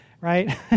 right